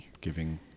giving